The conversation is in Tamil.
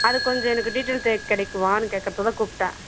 அதுக்கு கொஞ்சம் எனக்கு டீட்டைல் கிடைக்குமானு கேட்குறதுக்கு தான் கூப்பிட்டேன்